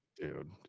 dude